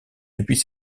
depuis